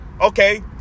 Okay